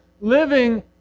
living